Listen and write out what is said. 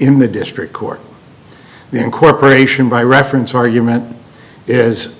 in the district court the incorporation by reference argument is